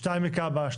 שניים מכב"ה,